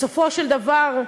בסופו של דבר,